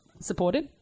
supported